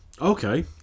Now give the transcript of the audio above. Okay